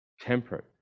temperate